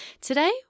Today